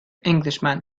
englishman